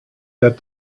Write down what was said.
that